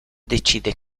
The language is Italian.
decide